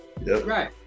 right